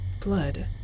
blood